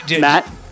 Matt